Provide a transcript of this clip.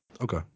Okay